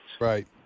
Right